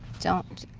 don't.